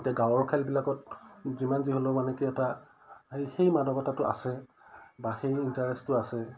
এতিয়া গাঁৱৰ খেলবিলাকত যিমান যি হ'লেও মানে কি এটা সেই মাদকতাটো আছে বা সেই ইণ্টাৰেষ্টটো আছে